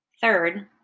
Third